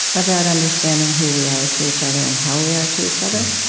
about understanding who we are to each other and how we are to each other.